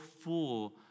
full